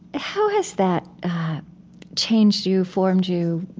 how has that changed you, formed you,